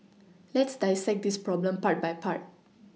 let's dissect this problem part by part